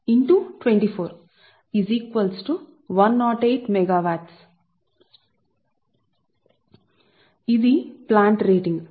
ఇది plant rating